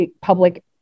public –